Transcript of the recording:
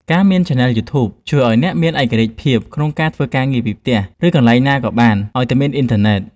ការមានឆានែលយូធូប ជួយឱ្យអ្នកមានឯករាជ្យភាពក្នុងការធ្វើការងារពីផ្ទះ ឬពីកន្លែងណាក៏បានឱ្យតែមានអ៊ីនធឺណិត។